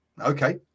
Okay